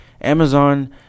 Amazon